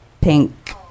pink